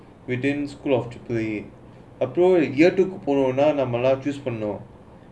within school of the அப்பெரும்:apperom year two அப்பே தான்:appe thaan choose பண்ணேனோம்:pannaenom